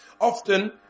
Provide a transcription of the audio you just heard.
often